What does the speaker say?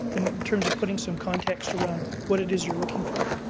in terms of putting some context around what it is you're looking for.